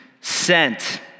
sent